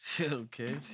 Okay